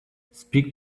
speak